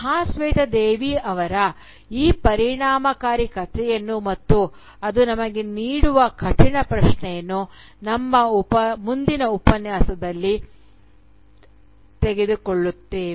ಮಹಾಸ್ವೇತಾ ದೇವಿ ಅವರ ಈ ಪರಿಣಾಮಕಾರಿ ಕಥೆಯನ್ನು ಮತ್ತು ಅದು ನಮಗೆ ನೀಡುವ ಕಠಿಣ ಪ್ರಶ್ನೆಯನ್ನು ನಮ್ಮ ಮುಂದಿನ ಉಪನ್ಯಾಸದಲ್ಲಿ ತೆಗೆದುಕೊಳ್ಳುತ್ತೇವೆ